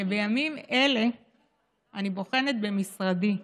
שבימים אלה אני בוחנת במשרדי,